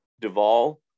Duvall